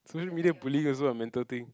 social media bullying also a mental thing